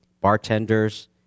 bartenders